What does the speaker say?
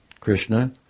Krishna